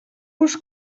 vos